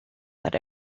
that